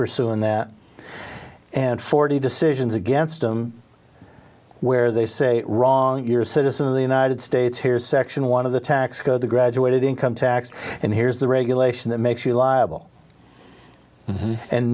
pursuing that and forty decisions against i'm where they say wrong you're a citizen of the united states here's section one of the tax code the graduated income tax and here's the regulation that makes you liable and